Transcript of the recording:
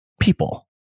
people